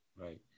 Right